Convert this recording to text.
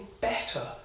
better